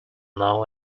know